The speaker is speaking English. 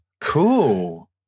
Cool